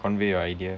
convey your idea